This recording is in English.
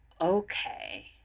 Okay